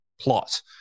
Plot